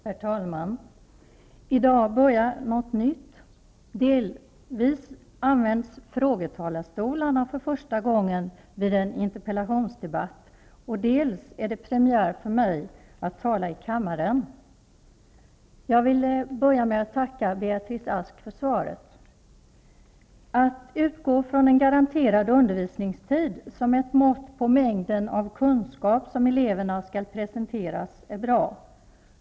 Herr talman! I dag börjar något nytt! Dels används ''frågetalarstolarna'' för första gången vid en interpellationsdebatt, dels är det premiär för mig att tala i kammaren. Jag vill börja med att tacka Beatrice Ask för svaret. Det är bra att utgå från en garanterad undervisningstid som ett mått på mängden kunskap som eleverna skall presenteras.